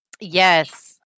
Yes